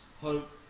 hope